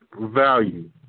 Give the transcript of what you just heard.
value